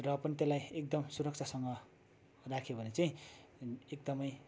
र पनि त्यसलाई एकदम सुरक्षासँग राख्यो भने चाहिँ एकदमै